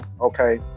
okay